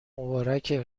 مبارکه